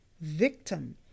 victim